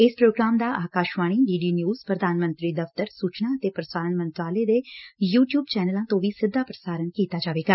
ਇਸ ਪ੍ਰੋਗਰਾਮ ਦਾ Akashvani D D news ਪ੍ਰਧਾਨ ਮੰਤਰੀ ਦਫ਼ਤਰ ਸੂਚਨਾ ਅਤੇ ਪ੍ਰਸਾਰਣ ਮੰਤਰਾਲੇ ਦੇ ਯੂ ਟਿਊਬ ਚੈਨਲਾਂ ਤੋਂ ਵੀ ਸਿੱਧਾ ਪ੍ਰਸਾਰਣ ਕੀਤਾ ਜਾਏਗਾ